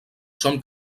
són